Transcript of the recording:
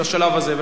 הציעה,